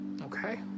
Okay